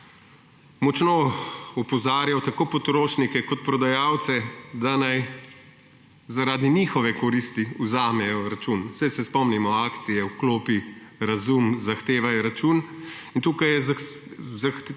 močno opozarjal tako potrošnike kot prodajalce, da naj zaradi njihove koristi vzamejo račun. Saj se spomnimo akcije Vklopi razum, zahtevaj račun. In tukaj lahko